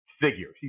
figure